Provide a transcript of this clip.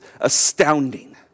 astounding